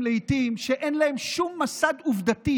וכאן נאמרים לעיתים דברים שאין להם שום מסד עובדתי,